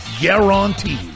guaranteed